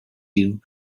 you